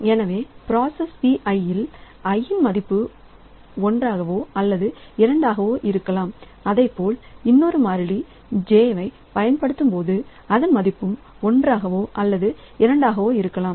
எனவே process Pi இல் i இன் மதிப்பு ஒன்றாவோ அல்லது இரண்டாகவோ இருக்கலாம் அதைப்போல் இன்னொரு மாறிலி j பயன்படுத்தும்போது அதன் மதிப்பும் ஒன்றாகவும் அல்லது இரண்டாக இருக்கலாம்